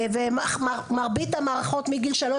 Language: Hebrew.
ומרבית המערכות מגיל שלוש,